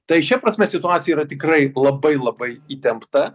tai šia prasme situacija yra tikrai labai labai įtempta